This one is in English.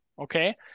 Okay